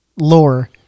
lore